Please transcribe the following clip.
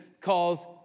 calls